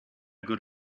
good